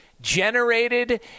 generated